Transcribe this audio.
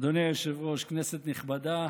אדוני היושב-ראש, כנסת נכבדה,